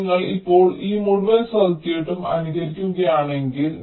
അതിനാൽ നിങ്ങൾ ഇപ്പോൾ ഈ മുഴുവൻ സർക്യൂട്ടും അനുകരിക്കുകയാണെങ്കിൽ